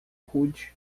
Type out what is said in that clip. rude